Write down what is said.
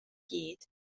gyd